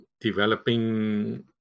developing